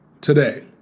Today